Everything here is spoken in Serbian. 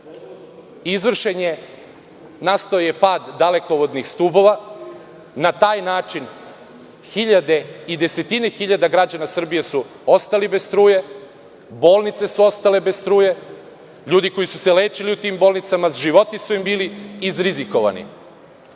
zaradom, nastao je pad dalekovodnih stubova. Na taj način hiljade i desetine hiljada građana Srbije su ostali bez struje, bolnice su ostale bez struje, ljudi koji su se lečili u tim bolnicama, životi su im bili izrizikovani. Da